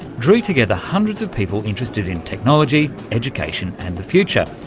drew together hundreds of people interested in technology, education and the future,